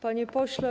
Panie Pośle!